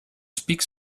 speak